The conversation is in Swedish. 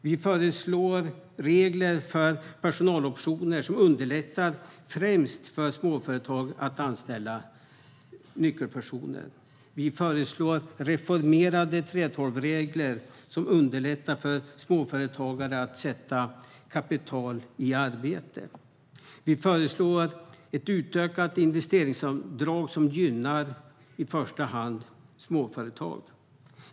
Vi föreslår regler för personaloptioner som underlättar främst för småföretag att anställa nyckelpersoner. Vi föreslår reformerade 3:12-regler som underlättar för småföretagare att sätta kapital i arbete. Vi föreslår ett utökat investeringsavdrag som gynnar i första hand småföretag.